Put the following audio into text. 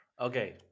Okay